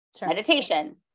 Meditation